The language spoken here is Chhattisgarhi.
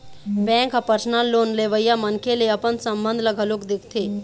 बेंक ह परसनल लोन लेवइया मनखे ले अपन संबंध ल घलोक देखथे